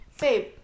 Babe